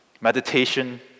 meditation